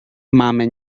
máme